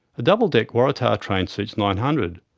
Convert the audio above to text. a double-deck waratah train seats nine hundred,